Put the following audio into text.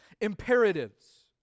imperatives